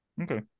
okay